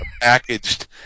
packaged